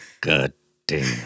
Goddamn